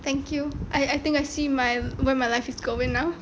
thank you I I think I see my where my life is going now